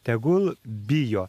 tegul bijo